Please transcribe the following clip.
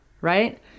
right